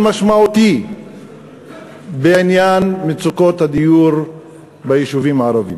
משמעותי בעניין מצוקות הדיור ביישובים הערביים.